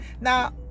Now